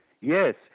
Yes